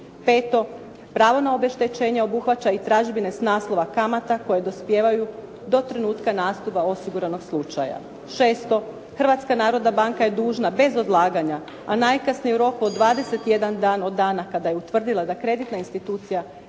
Peto, pravo na obeštećenje obuhvaća i tražbine s naslova kamata koje dospijevaju do trenutka nastupa osiguranog slučaja. Šesto, Hrvatska narodna banka je dužna bez odlaganja, a najkasnije u roku od 21 dana, od dana kada je utvrdila da kreditna institucija